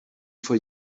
for